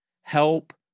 help